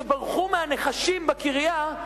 שברחו מהנחשים בקריה,